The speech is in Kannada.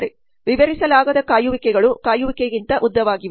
ವಿವರಿಸಲಾಗದ ಕಾಯುವಿಕೆಗಳು ಕಾಯುವಿಕೆಗಿಂತ ಉದ್ದವಾಗಿದೆ